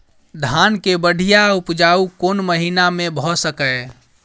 धान केँ बढ़िया उपजाउ कोण महीना मे भऽ सकैय?